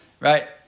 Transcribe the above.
right